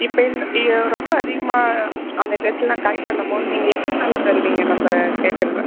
இப்போ என்ன ஐயோ ரொம்ப அதிகமாக அந்த ட்ரெஸ்லாம் கரெக்ட் பண்ணும்போது நீங்கள் எத்தனை நாளில் தருவீங்க நம்ம கேட்குறத